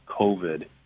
COVID